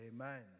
Amen